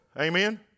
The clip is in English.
Amen